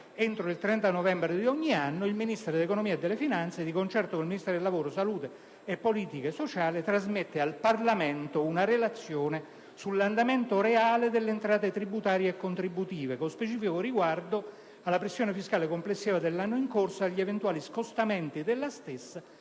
entro il 30 novembre di ogni anno, il Ministro dell'economia e delle finanze, di concerto con il Ministro del lavoro, salute e politiche sociali, trasmette al Parlamento una relazione sull'andamento reale delle entrate tributarie e contributive, con specifico riguardo alla pressione fiscale complessiva dell'anno in corso e agli eventuali scostamenti della stessa